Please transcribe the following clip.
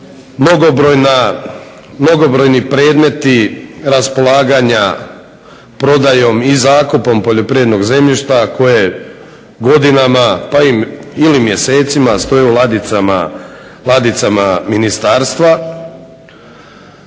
mnogobrojni predmeti raspolaganja prodajom i zakupom poljoprivrednog zemljišta koje godinama ili mjesecima stoji u ladicama ministarstva.